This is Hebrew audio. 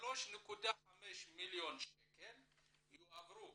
3.5 מיליון שקל יועברו